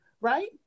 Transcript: right